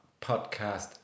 podcast